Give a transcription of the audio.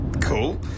cool